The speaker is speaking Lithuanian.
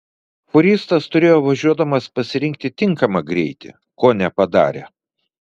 fūristas turėjo važiuodamas pasirinkti tinkamą greitį ko nepadarė